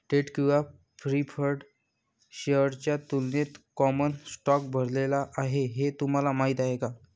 Date किंवा preferred शेअर्सच्या तुलनेत कॉमन स्टॉक भरलेला आहे हे तुम्हाला माहीत आहे का?